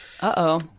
Uh-oh